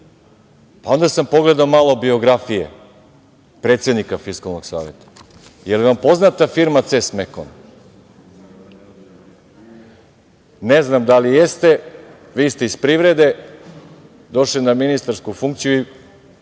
to. Onda sam pogledao malo biografije predsednika Fiskalnog saveta. Je li vam poznata firma „Ces Mekon“? Ne znam da li jeste, vi ste iz privrede došli na ministarsku funkciju i